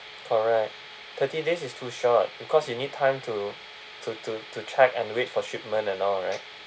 correct thirty days is too short because you need time to to to to check and wait for shipment and all right